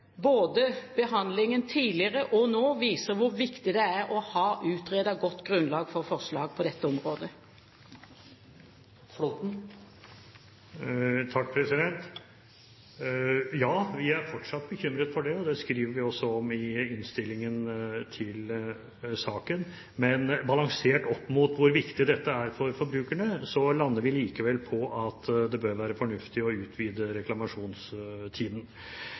både tidligere og nå viser hvor viktig det er å ha utredet et godt grunnlag for forslag på dette området. Ja, vi er fortsatt bekymret for det. Det skriver vi også om i innstillingen til saken. Men balansert opp mot hvor viktig dette er for forbrukerne, lander vi likevel på at det bør være fornuftig å utvide reklamasjonstiden.